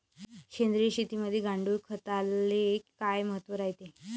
सेंद्रिय शेतीमंदी गांडूळखताले काय महत्त्व रायते?